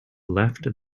left